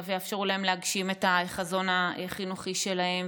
ויאפשרו להם להגשים את החזון החינוכי שלהם,